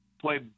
play